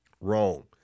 wrong